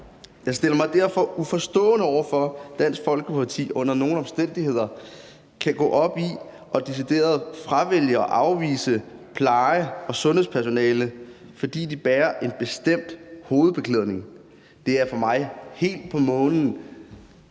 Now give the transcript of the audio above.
Jeg stiller mig derfor uforstående over for, at Dansk Folkeparti under nogen omstændigheder kan gå op i og decideret fravælge og afvise pleje- og sundhedspersonale, fordi de bærer en bestemt hovedbeklædning. Det er for mig helt på månen